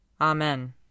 Amen